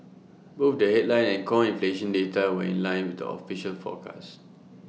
both the headline and core inflation data were in line with the official forecast